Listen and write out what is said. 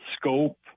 Scope